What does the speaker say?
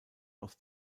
aus